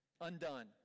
undone